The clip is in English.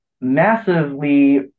massively